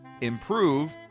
improve